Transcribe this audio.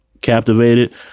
captivated